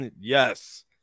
yes